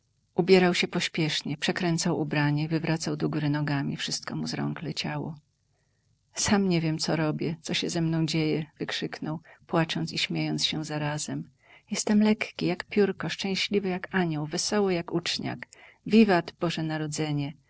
ubierał się pospiesznie przekręcał ubranie wywracał do góry nogami wszystko mu z rąk leciało sam nie wiem co robię co się ze mną dzieje wykrzyknął płacząc i śmiejąc się razem jestem lekki jak piórko szczęśliwy jak anioł wesoły jak uczniak wiwat boże narodzenie